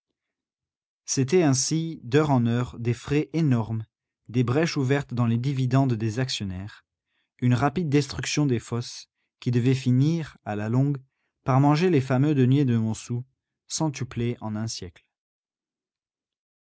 c'étaient ainsi d'heure en heure des frais énormes des brèches ouvertes dans les dividendes des actionnaires une rapide destruction des fosses qui devait finir à la longue par manger les fameux deniers de montsou centuplés en un siècle